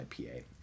ipa